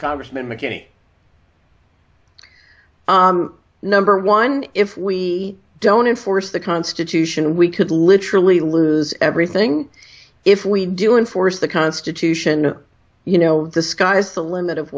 congressman mckinney number one if we don't enforce the constitution we could literally lose everything if we do in force the constitution you know the sky's the limit of